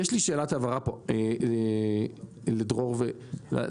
יש לי שאלת הבהרה פה לדרור ולחברים.